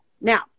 Now